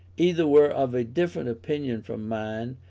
either were of a different opinion from mine,